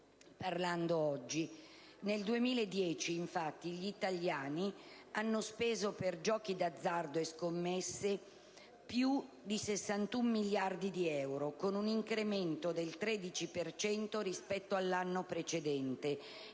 parlando oggi. Nel 2010, infatti, gli italiani hanno speso, per giochi di azzardo e scommesse, più di 61 miliardi di euro, con un incremento del 13 per cento rispetto all'anno precedente,